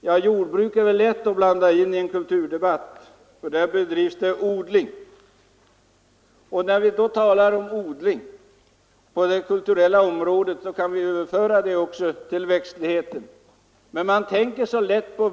Ja, jordbruk är det lätt att blanda in i en kulturdebatt, för inom jordbruket bedrivs det odling, och när vi talar om odling på det kulturella området kan vi överföra det till växtligheten.